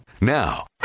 Now